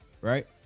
right